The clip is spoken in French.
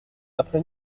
après